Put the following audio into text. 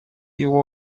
его